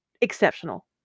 exceptional